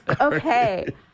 Okay